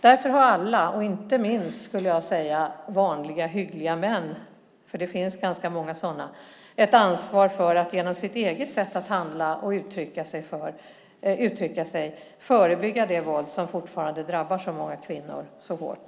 Därför har alla, inte minst vanliga hyggliga män, det finns ganska många sådana, ett ansvar för att genom sitt eget sätt att handla och uttrycka sig förebygga det våld som fortfarande drabbar så många kvinnor så hårt.